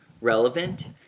relevant